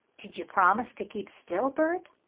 did you promise to keep still, bert?